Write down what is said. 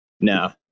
No